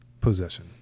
possession